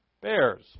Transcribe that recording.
bears